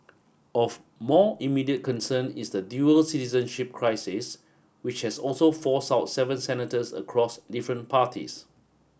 of more immediate concern is the dual citizenship crisis which has also forced out seven senators across different parties